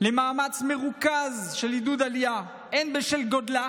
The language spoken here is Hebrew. ולעשות מאמץ מרוכז לעידוד עלייה, הן בשל גודלה,